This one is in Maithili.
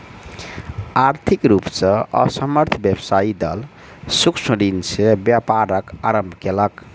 आर्थिक रूप से असमर्थ व्यवसायी दल सूक्ष्म ऋण से व्यापारक आरम्भ केलक